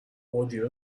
مدیر